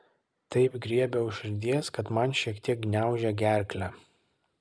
taip griebia už širdies kad man šiek tiek gniaužia gerklę